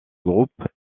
groupe